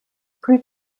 plus